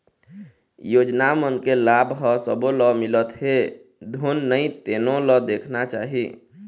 योजना मन के लाभ ह सब्बो ल मिलत हे धुन नइ तेनो ल देखना चाही